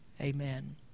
Amen